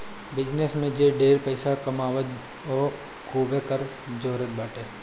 business में जे ढेर पइसा कमात बाटे उ खूबे कर चोरावत बाटे